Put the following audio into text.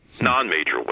non-major